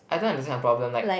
I don't understand her problem like